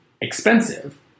Expensive